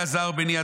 אלעזר בני,